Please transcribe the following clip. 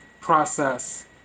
process